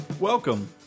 Welcome